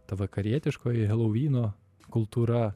ta vakarietiškoji helouvyno kultūra